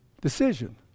decision